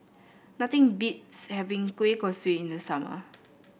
nothing beats having Kueh Kosui in the summer